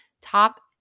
top